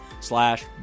slash